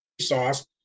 sauce